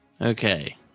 Okay